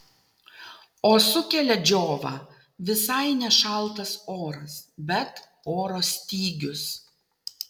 o sukelia džiovą visai ne šaltas oras bet oro stygius